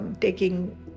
taking